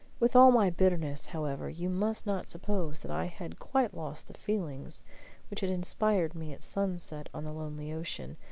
with all my bitterness, however, you must not suppose that i had quite lost the feelings which had inspired me at sunset on the lonely ocean,